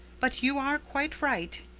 but you are quite right.